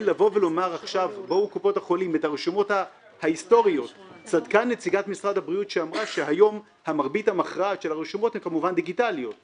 הוראות תקנות אלה יחולו על רשומה רפואית שנוצרה מיום כ"ה